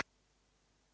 Hvala.